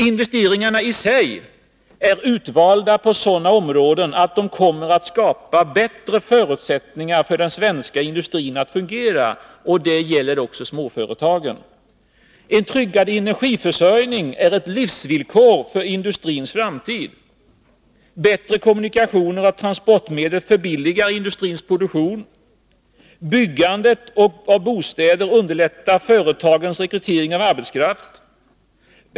Investeringarna i sig är utvalda på sådana områden att de kommer att skapa bättre förutsättningar för den svenska industrin att fungera, och det gäller också småföretagen. En tryggad energiförsörjning är ett livsvillkor för industrins framtid. Bättre kommunikationer och transportmedel förbilligar industrins produktion. Byggandet av bostäder underlättar företagens rekrytering av arbetskraft.